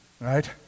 right